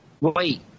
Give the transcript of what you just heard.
Wait